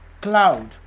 cloud